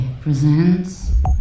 presents